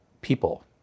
People